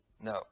No